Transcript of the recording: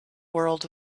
world